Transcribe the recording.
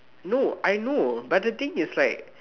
no I know but the thing is like